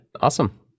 Awesome